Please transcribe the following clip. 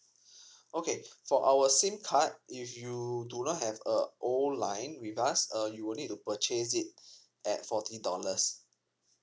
okay for our sim card if you do not have a old line with us uh you will need to purchase it at forty dollars